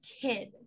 kid